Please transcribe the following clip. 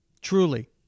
Truly